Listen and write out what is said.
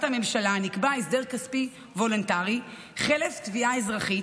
הממשלה נקבע הסדר כספי וולונטרי חלף תביעה אזרחית,